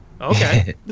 Okay